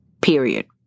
period